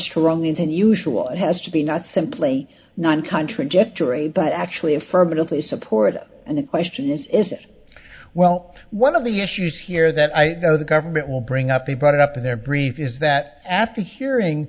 strongly than usual has to be not simply non contradictory but actually affirmatively supported and the question is is it well one of the issues here that i know the government will bring up be brought up in their brief is that after hearing